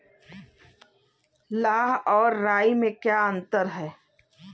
लाह व राई में क्या अंतर है?